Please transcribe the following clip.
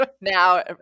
now –